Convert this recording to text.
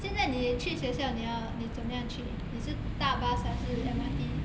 现在你去学校你要你怎么样去你是搭 bus 还是 M_R_T